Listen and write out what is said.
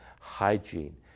hygiene